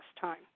time